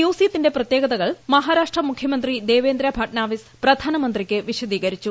മ്യൂസിയത്തിന്റെ പ്രത്യേകതകൾ മഹാരാഷ്ട്രാ മുഖൃമന്ത്രി ദേവേന്ദ്ര ഭട്നവിസ് പ്രധാനമന്ത്രിക്ക് വിശദീകരിച്ചു